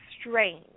strange